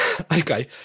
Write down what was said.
Okay